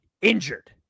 injured